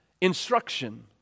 instruction